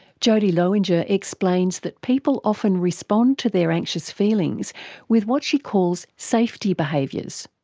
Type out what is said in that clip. jodie lowinger explains that people often respond to their anxious feelings with what she calls safety behaviours.